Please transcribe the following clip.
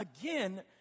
Again